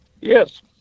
Yes